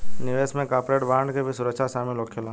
निवेश में corporate bond के भी सुरक्षा शामिल होखेला